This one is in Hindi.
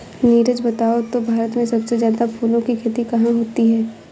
नीरज बताओ तो भारत में सबसे ज्यादा फूलों की खेती कहां होती है?